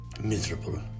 Miserable